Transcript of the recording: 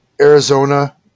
Arizona